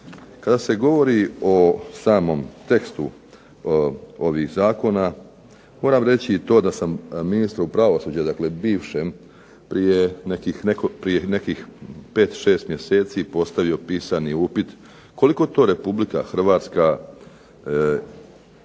kada se govori o samom tekstu ovih zakona moram reći i to da sam ministru pravosuđa, dakle bivšem prije nekih 5, 6 mjeseci postavio pisani upit koliko to Republika Hrvatska gubi